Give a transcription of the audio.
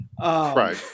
Right